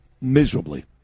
miserably